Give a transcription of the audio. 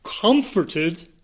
comforted